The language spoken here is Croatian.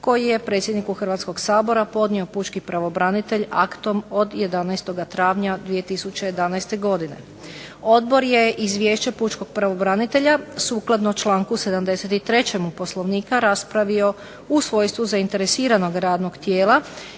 koji je predsjedniku Hrvatskoga sabora podnio Pučki pravobranitelj aktom od 11. travnja 2011. godine. Odbor je izvješće Pučkog pravo sukladno članku 73. Poslovnika raspravio u svojstvu zainteresiranog radnog tijela